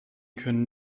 können